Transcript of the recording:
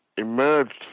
emerged